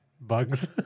bugs